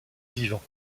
vivant